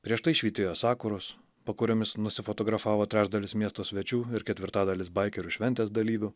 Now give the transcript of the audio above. prieš tai švytėjo sakuros po kuriomis nusifotografavo trečdalis miesto svečių ir ketvirtadalis baikerių šventės dalyvių